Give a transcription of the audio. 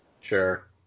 Sure